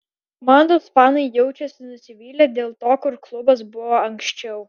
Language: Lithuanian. komandos fanai jaučiasi nusivylę dėl to kur klubas buvo anksčiau